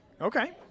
Okay